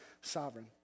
sovereign